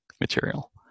material